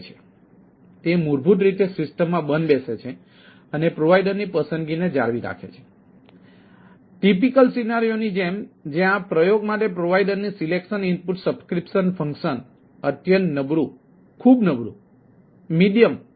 તેથી તે મૂળભૂત રીતે સિસ્ટમ માં બંધ બેસે છે અને તે પ્રોવાઇડરની પસંદગી જાળવી રાખે છે